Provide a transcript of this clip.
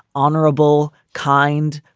honorable, kind,